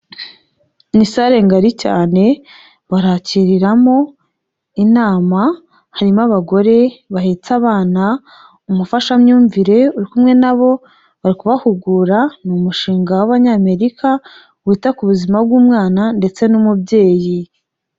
Ni sale ngari cyane, bahakiriramo inama, harimo abagore bahetse abana, umufashamyumvire uri kumwe na bo, bari kubahugura, ni umushinga w'Abanyamerika wita ku buzima bw'umwana ndetse n'umubyeyi.